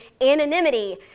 anonymity